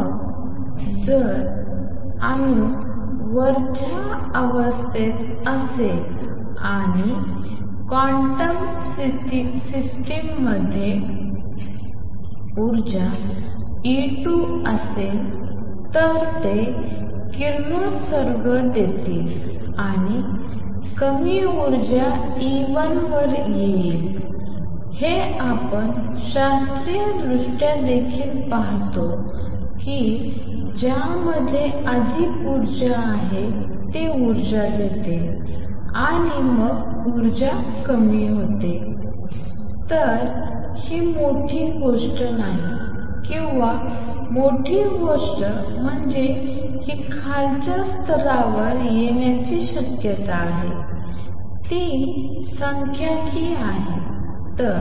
मग जर अणू वरच्या अवस्थेत असेल किंवा क्वांटम सिस्टीममध्ये ऊर्जा E 2 असेल तर ते किरणोत्सर्ग देईल आणि कमी ऊर्जा E 1 वर येईल हे आपण शास्त्रीयदृष्ट्या देखील पाहतो कि ज्यामध्ये अधिक ऊर्जा आहे ते ऊर्जा देते आणि मग ऊर्जा कमी होते तर ती मोठी गोष्ट नाही मोठी गोष्ट म्हणजे ही खालच्या स्तरावर येण्याची शक्यता आहे ती सांख्यिकी आहे तर